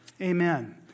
Amen